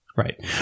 Right